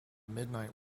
midnight